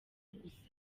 gusa